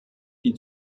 die